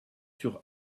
sur